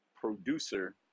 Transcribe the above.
producer